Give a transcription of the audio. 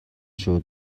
шүү